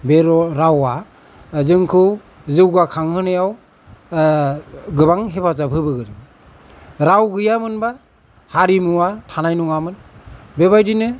बे रावआ जोंखौ जौगाखांहोनायाव गोबां हेफाजाब होबोदों राव गैयामोनबा हारिमुवा थानाय नङामोन बेबायदिनो